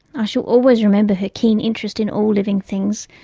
ah shall always remember her keen interest in all living things,